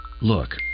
Look